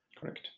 Correct